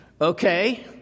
Okay